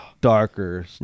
darker